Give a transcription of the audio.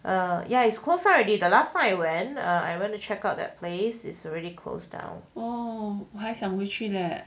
err it's closed down already the last time I went I went to check out that place is already closed down